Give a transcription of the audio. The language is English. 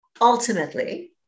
ultimately